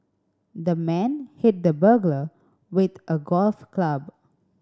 the man hit the burglar with a golf club